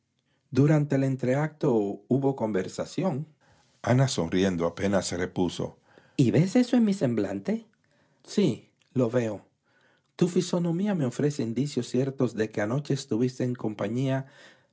durante el entreacto hubo conversación ana sonriendo apenas repuso ves eso en mi semblante sí lo veo tu fisonomía me ofrece indicios ciertos de que anoche estuviste en compañía